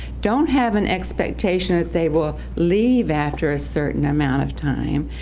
don't have an expectation that they will leave after a certain amount of time,